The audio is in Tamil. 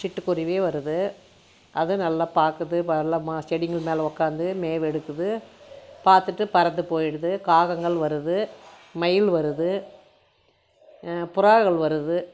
சிட்டு குருவி வருது அது நல்லா பார்க்குது மெல்லமாக செடிகள் மேலே உட்காந்து மேவெடுக்குது பார்த்துட்டு பறந்து போய்விடுது காகங்கள் வருது மயில் வருது புறாகள் வருது